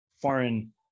foreign